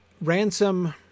Ransom